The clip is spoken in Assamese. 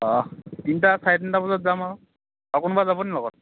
অঁহ্ তিনিটা চাৰে তিনিটা বজাত যাম আৰু আৰু কোনোবা যাব নি লগত